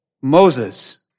Moses